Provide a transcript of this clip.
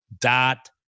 dot